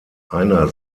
einer